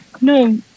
No